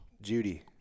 Judy